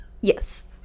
Yes